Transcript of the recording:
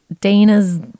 Dana's